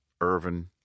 Irvin